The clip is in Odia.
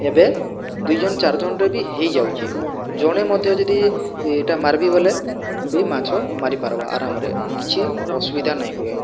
ଏବେ ଦୁଇ ଜଣ ଚାର୍ ଜଣରେ ବି ହେଇଯାଉଛେ ଜଣେ ମଧ୍ୟ ଯଦି ଏଟା ମାରବି ବୋଏଲେ ବି ମାଛ ମାରି ପାର୍ବା ଆରାମରେ କିଛି ଅସୁବିଧା ନାଇଁ ହୁଏ